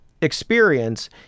experience